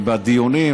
הצבעה בקריאה טרומית.